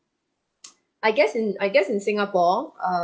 I guess in I guess in singapore err